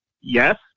yes